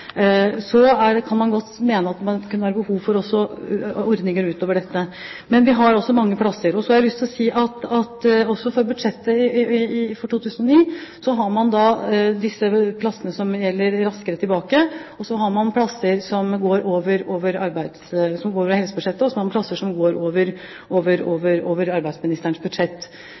Så kan man godt mene at det kan være behov for ordninger utover dette, men vi har altså mange plasser. Så har jeg lyst til å si at i budsjettet for 2009 har man disse Raskere tilbake-plassene – man har plasser som går over helsebudsjettet, og man har plasser som går over arbeidsministerens budsjett.